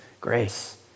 Grace